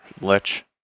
Lich